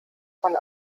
von